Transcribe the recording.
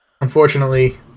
unfortunately